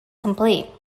complete